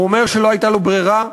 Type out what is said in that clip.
הוא אומר שלא הייתה לו ברירה.